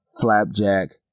Flapjack